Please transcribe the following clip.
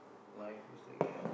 life is like that